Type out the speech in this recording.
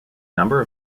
number